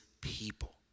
people